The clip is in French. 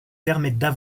permettent